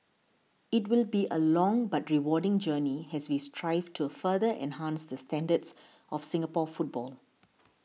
it will be a long but rewarding journey as we strive to further enhance the standards of Singapore football